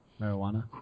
marijuana